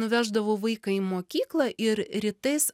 nuveždavau vaiką į mokyklą ir rytais